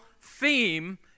theme